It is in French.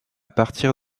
partir